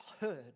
heard